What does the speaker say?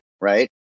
right